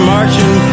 Marching